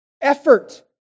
effort